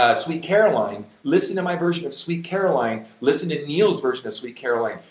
ah sweet caroline. listen to my version of sweet caroline, listen to neil's version of sweet caroline.